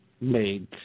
made